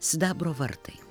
sidabro vartai